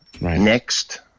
Next